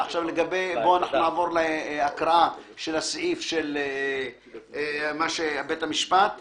כי את רוצה לסגור את שעריו של בית המשפט